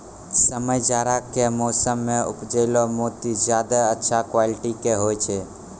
समय जाड़ा के मौसम मॅ उपजैलो मोती ज्यादा अच्छा क्वालिटी के होय छै